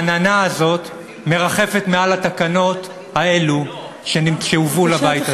העננה הזאת מרחפת מעל התקנות האלה שהובאו לבית הזה.